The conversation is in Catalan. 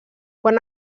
quan